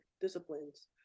disciplines